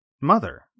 mother